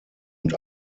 und